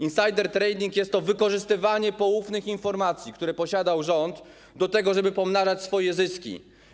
Insider trading jest to wykorzystywanie poufnych informacji, które posiadał rząd, do tego, żeby pomnażać swoje zyski.